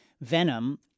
Venom